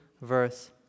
verse